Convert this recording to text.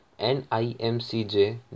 NIMCJ